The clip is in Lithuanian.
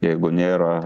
jeigu nėra